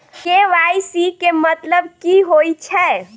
KYC केँ मतलब की होइ छै?